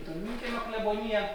tolminkiemio kleboniją